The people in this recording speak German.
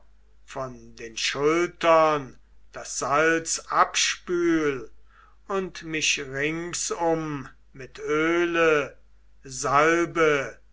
von den schultern das salz abspül und mich ringsum mit öle salbe